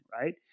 right